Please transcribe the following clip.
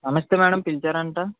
నమస్తే మ్యాడమ్ పిలిచారంట